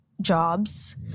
jobs